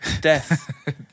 Death